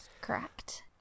Correct